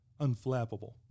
Unflappable